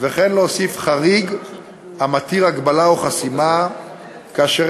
וכן להוסיף חריג המתיר הגבלה או חסימה כאשר